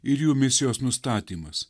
ir jų misijos nustatymas